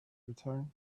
return